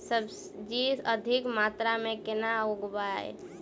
सब्जी अधिक मात्रा मे केना उगाबी?